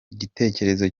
igitekerezo